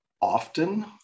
often